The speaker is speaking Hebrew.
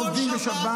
כמעט בכל שבת,